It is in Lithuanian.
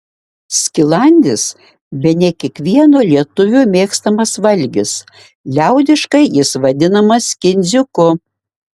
skilandis bene kiekvieno lietuvio mėgstamas valgis liaudiškai jis vadinamas kindziuku